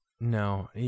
no